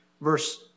verse